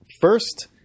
first